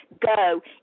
go